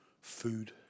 food